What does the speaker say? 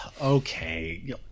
Okay